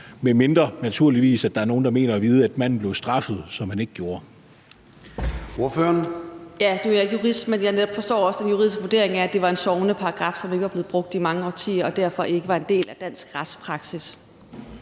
medmindre der er nogen, der mener at vide, at manden blev straffet, hvilket han ikke gjorde.